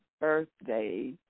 birthday